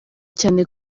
cyane